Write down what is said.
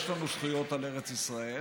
יש לנו זכויות על ארץ ישראל,